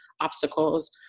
obstacles